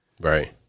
Right